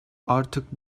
artık